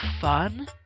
fun